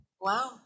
Wow